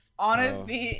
Honesty